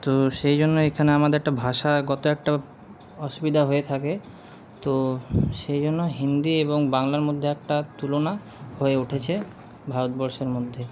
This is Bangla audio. তো সেই জন্য এখানে আমাদের একটা ভাষাগত একটা অসুবিধা হয়ে থাকে তো সেই জন্য হিন্দি এবং বাংলার মধ্যে একটা তুলনা হয়ে উঠেছে ভারতবর্ষের মধ্যে